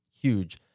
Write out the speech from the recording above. huge